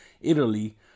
Italy